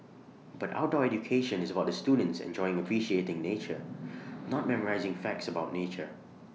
but outdoor education is about the students enjoying appreciating nature not memorising facts about nature